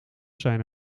zijn